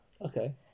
Okay